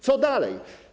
Co dalej?